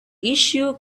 issue